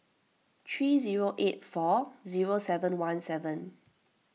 three zero eight four zero seven one seven